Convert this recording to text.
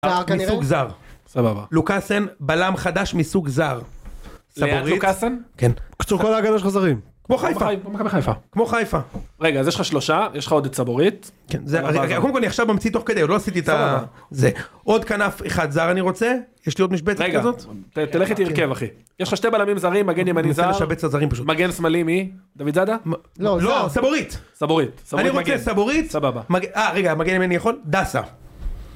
מסוג זר סבבה לוקאסן בלם חדש מסוג זר סבורית ליאן לוקאסן? כן קצור כל ההגנה שלך זרים כמו חיפה כמו חיפה כמו חיפה כמו חיפה רגע אז יש לך שלושה יש לך עוד את סבורית כן זה קודם כל אני עכשיו ממציא תוך כדי עוד לא עשיתי את ה... זה עוד כנף אחד זר אני רוצה יש לי עוד משבצת כזאת רגע תלך איתי הרכב אחי יש לך שתי בלמים זרים מגן ימני זר מגן שמאלי מי? דוד זאדה? לא לא סבורית סבורית אני רוצה סבורית סבבה אה רגע מגן אם אני יכול? דסה